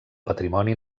patrimoni